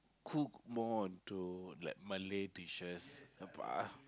cook more onto like Malay dishes but I